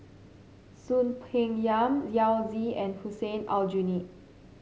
Soon Peng Yam Yao Zi and Hussein Aljunied